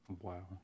Wow